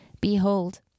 Behold